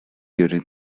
during